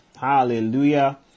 hallelujah